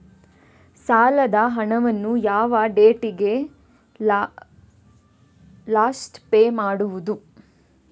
ಸಾಲದ ಹಣವನ್ನು ಯಾವ ಡೇಟಿಗೆ ಲಾಸ್ಟ್ ಪೇ ಮಾಡುವುದು?